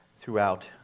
throughout